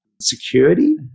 Security